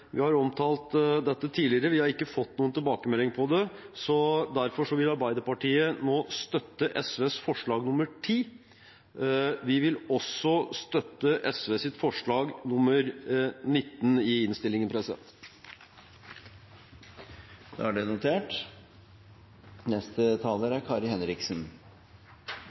Vi har omtalt dette tidligere. Vi har ikke fått noen tilbakemelding på det. Derfor vil Arbeiderpartiet nå støtte SVs forslag nr. 10. Vi vil også støtte SVs forslag nr. 19 i innstillingen.